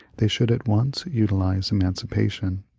they should at once utilize emancipation.